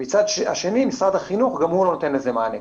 ומצד שני משרד החינוך גם הוא לא נותן לזה מענה.